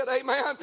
amen